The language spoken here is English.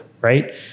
right